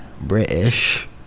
British